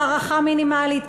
בהערכה מינימלית,